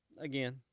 Again